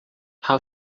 how